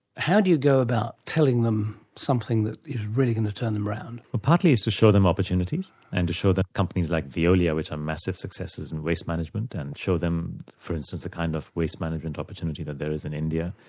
how do you go about telling them something that is really going to turn them around? ah partly it's to show them opportunities and to show that companies like veolia which are massive successes in and waste management and show them, for instance, the kind of waste management opportunity that there is in india.